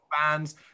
fans